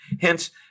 Hence